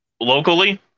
locally